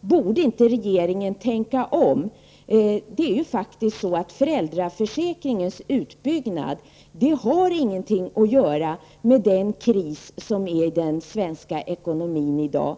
Borde inte regeringen tänka om? Föräldraförsäkringens utbyggnad har ju faktiskt inte någonting att göra med den kris som råder inom den svenska ekonomin i dag.